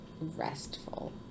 restful